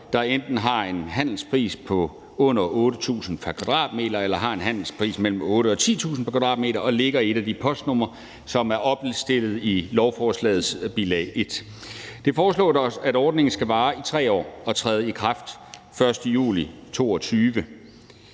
der enten har en handelspris på under 8.000 kr. pr. kvadratmeter eller har en handelspris mellem 8.000 og 10.000 kr. pr. kvadratmeter og ligger i et af de postnumre, som er opstillet i lovforslagets bilag 1. Det foreslås, at ordningen skal vare i 3 år og træde i kraft den 1. juli 2022.